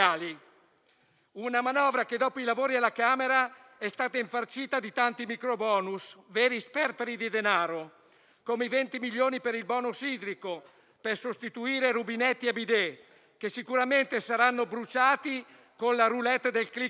una manovra che, dopo i lavori alla Camera, è stata infarcita di tanti micro *bonus*, veri sperperi di denaro, come i 20 milioni per il *bonus* idrico per sostituire rubinetti e *bidet*, che sicuramente saranno bruciati con la *roulette* del *click day*;